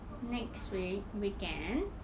next week weekend